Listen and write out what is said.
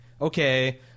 okay